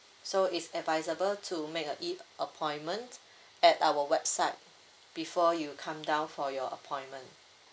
so is advisable to make a e appointment at our website before you come down for your appointment